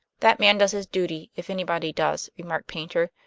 that man does his duty, if anybody does, remarked paynter.